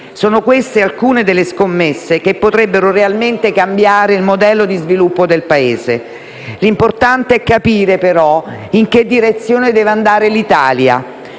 sono queste alcune delle scommesse che potrebbero realmente cambiare il modello di sviluppo del Paese. L'importante è capire in che direzione deve andare l'Italia.